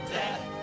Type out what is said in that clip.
death